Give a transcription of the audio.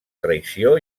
traïció